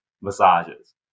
massages